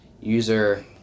user